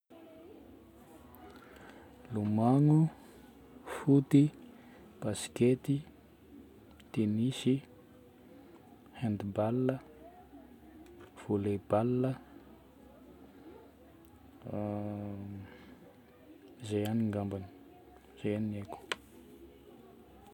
Lomagno, foty, baskety, tennis, handball, volley ball zay ihany ngambany. Zay ihany no haiko.